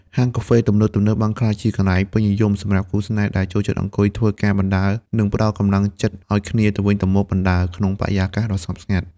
ហាងកាហ្វេទំនើបៗបានក្លាយជា «កន្លែងពេញនិយម» សម្រាប់គូស្នេហ៍ដែលចូលចិត្តអង្គុយធ្វើការបណ្ដើរ និងផ្ដល់កម្លាំងចិត្តឱ្យគ្នាទៅវិញទៅមកបណ្ដើរ ក្នុងបរិយាកាសដ៏ស្ងប់ស្ងាត់។